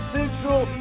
Central